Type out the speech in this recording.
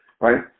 right